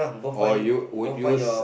or you would use